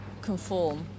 conform